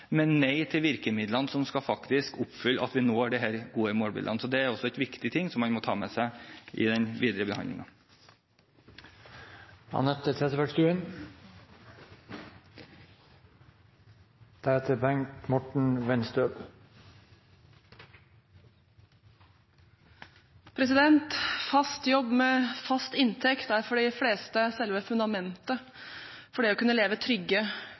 men nei til virkemidlene som faktisk skal gjøre at vi når disse gode målbildene. Det er viktig å ta med seg i den videre behandlingen. Fast jobb med fast inntekt er for de fleste selve fundamentet for å kunne leve